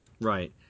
Right